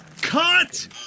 Cut